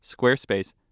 Squarespace